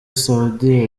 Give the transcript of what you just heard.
soudy